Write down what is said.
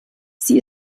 sie